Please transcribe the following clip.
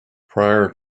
prior